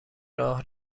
راه